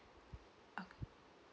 okay